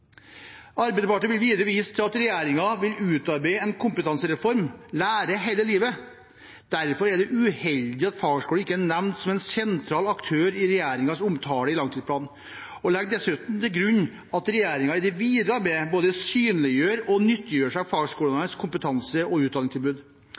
Arbeiderpartiet vil videre vise til at regjeringen vil utarbeide en kompetansereform, Lære hele livet. Derfor er det uheldig at fagskoler ikke er nevnt som en sentral aktør i regjeringens omtale i langtidsplanen, og en legger dessuten til grunn at regjeringen i det videre arbeidet både synliggjør og nyttiggjør seg